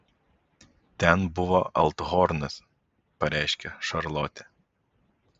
ten buvo althornas pareiškė šarlotė